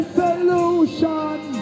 solution